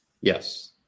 Yes